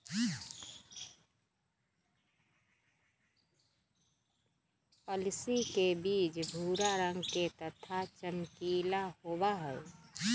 अलसी के बीज भूरा रंग के तथा चमकीला होबा हई